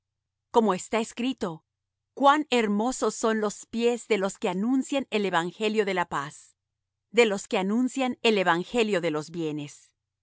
como está escrito cuán hermosos son los pies de los que anuncian el evangelio de la paz de los que anuncian el evangelio de los bienes